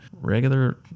regular